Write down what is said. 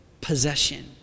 possession